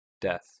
death